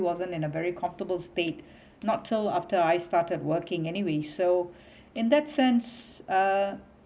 wasn't in a very comfortable state not till after I started working anyway so in that sense uh